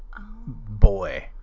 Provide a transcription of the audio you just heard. boy